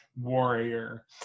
warrior